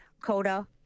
Coda